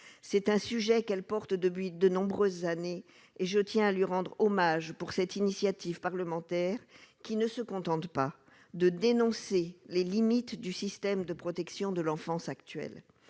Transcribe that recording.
c'est un sujet qu'elle porte depuis de nombreuses années et je tiens à lui rendre hommage pour cette initiative parlementaire, qui ne se contente pas de dénoncer les limites du système de protection de l'enfance actuel,